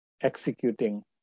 executing